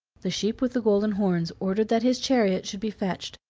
the sheep with the golden horns ordered that his chariot should be fetched,